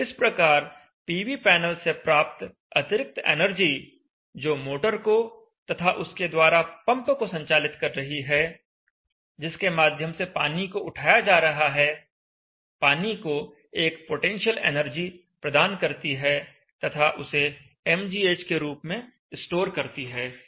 इस प्रकार PV panel से प्राप्त अतिरिक्त एनर्जी जो मोटर को तथा उसके द्वारा पंप को संचालित कर रही है जिसके माध्यम से पानी को उठाया जा रहा है पानी को एक पोटेंशियल एनर्जी प्रदान करती है तथा उसे mgh के रूप में स्टोर करती है